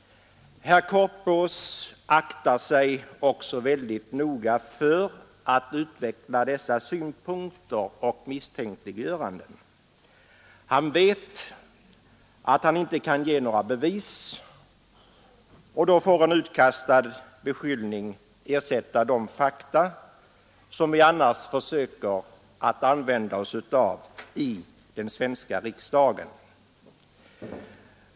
Herr Korpås aktar sig också väldigt noga för att utveckla dessa synpunkter och misstänkliggöranden. Han vet att han inte kan ge några bevis, och då får en utkastad beskyllning ersätta de fakta som vi annars försöker använda oss av i den svenska riksdagen.